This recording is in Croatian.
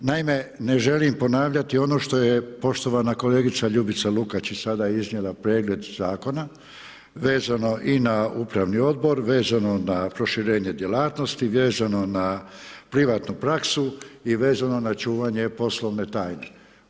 Naime, ne želim ponavljati ono što je poštovana kolegica Ljubica Lukačić sada iznijela predmet zakona, vezano i na upravni odbor, vezano na proširenje djelatnosti, vezano na privatnu praksu i vezano na čuvanje poslovne tajne.